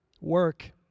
work